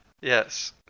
Yes